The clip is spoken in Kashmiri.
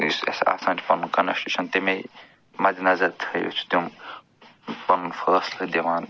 یُس اَسہِ آسان چھُ پنُن کانسٹیٛوٗشن تَمَے مدِ نظر تھٲوِتھ چھُ تِم پنُن فٲصلہٕ دِوان